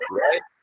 right